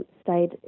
stayed